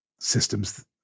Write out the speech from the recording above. systems